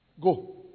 Go